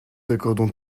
accordons